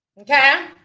okay